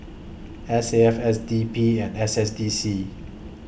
S A F S D P and S S D C